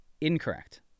incorrect